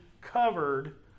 covered